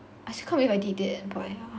I still cant believe I did that